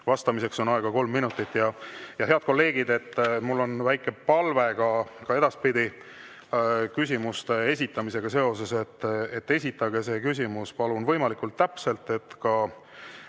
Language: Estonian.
vastamiseks on aega kolm minutit. Head kolleegid, mul on väike palve ka edaspidi küsimuste esitamisega seoses. Palun esitage oma küsimus võimalikult täpselt, et